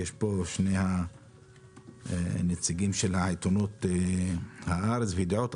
יש פה נציגים של "הארץ" ו"ידיעות אחרונות",